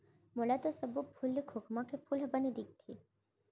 मोला तो सब्बो फूल ले खोखमा के फूल ह बने दिखथे